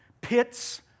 pits